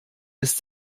ist